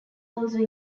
also